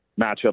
matchup